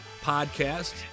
podcast